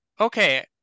okay